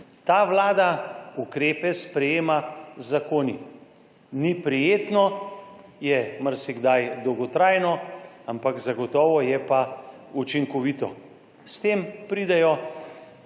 ta Vlada ukrepe sprejema z zakoni. Ni prijetno, je marsikdaj dolgotrajno, ampak zagotovo je pa učinkovito. S tem pridejo